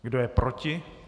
Kdo je proti?